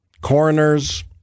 coroners